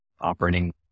operating